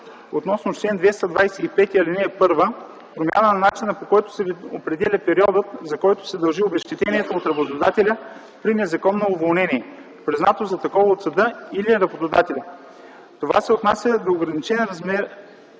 относно чл. 225, ал. 1 – промяна на начина, по който се определя периодът, за който се дължи обезщетение от работодателя при незаконно уволнение (признато за такова от съда или работодателя). Това се отнася до ограничения размер